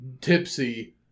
tipsy